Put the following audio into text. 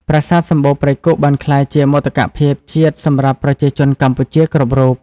ប្រាសាទសំបូរព្រៃគុកបានក្លាយជាមោទកភាពជាតិសម្រាប់ប្រជាជនកម្ពុជាគ្រប់រូប។